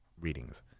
Readings